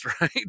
right